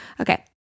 Okay